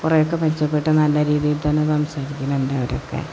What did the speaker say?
കുറേയൊക്കെ മെച്ചപ്പെട്ട നല്ല രീതിയിൽ തന്നെ സംസാരിക്കണുണ്ട് അവരൊക്കെ